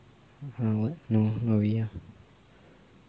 err what no not really ah